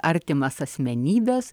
artimas asmenybes